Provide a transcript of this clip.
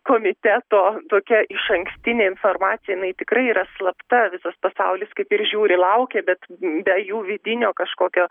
komiteto tokia išankstinė informacija jinai tikrai yra slapta visas pasaulis kaip ir žiūri laukia bet be jų vidinio kažkokio